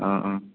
ആ ആ